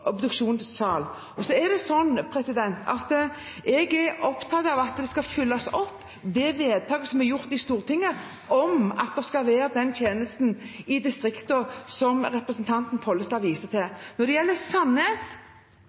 Jeg er opptatt av at det vedtaket som er gjort i Stortinget, skal følges opp – at det skal være en slik tjeneste i distriktene som representanten Pollestad viste til. Når det gjelder